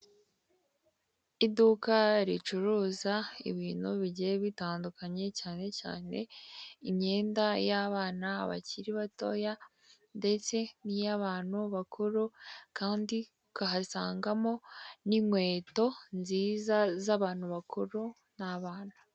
Iduka ricuruza ibintu bigiye bitandukanye cyane cyane imyenda y'abana bakiri batoya ndetse n'iy'abantu bakuru kandi ukahasangamo n'inkweto nziza z'abantu bakuru n'abana.